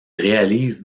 réalise